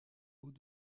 haut